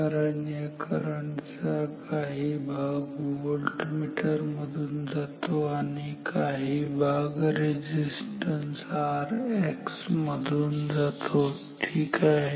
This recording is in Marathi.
कारण या करंट चा काही भाग या व्होल्टमीटर मधून जातो आणि काही भाग रेझिस्टन्स Rx मधून जातो ठीक आहे